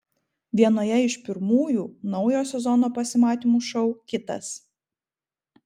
vienoje iš pirmųjų naujo sezono pasimatymų šou kitas